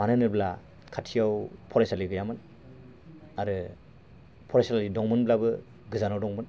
मानो होनोब्ला खाथियाव फरायसालि गैयामोन आरो फरायसालि दंमोनब्लाबो गोजानाव दंमोन